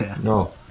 No